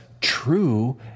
true